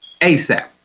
asap